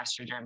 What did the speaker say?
estrogen